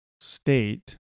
state